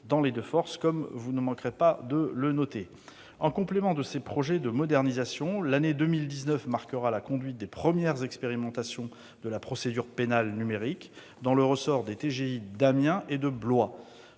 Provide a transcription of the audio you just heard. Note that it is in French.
sont donc consentis dans les deux forces. En complément de ces projets de modernisation, l'année 2019 marquera la conduite des premières expérimentations de la procédure pénale numérique dans le ressort des TGI d'Amiens et de Blois.